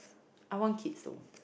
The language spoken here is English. I want kids though